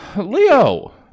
Leo